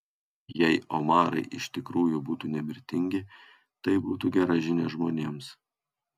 jei omarai iš tikrųjų būtų nemirtingi tai būtų gera žinia žmonėms